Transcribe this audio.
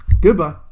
Goodbye